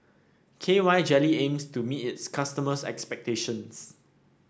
K Y Jelly aims to meet its customers' expectations